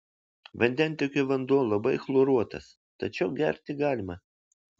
vandentiekio vanduo labai chloruotas tačiau gerti galima